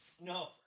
No